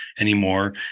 anymore